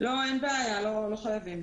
אין בעיה, לא חייבים.